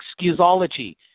excusology